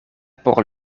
por